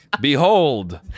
behold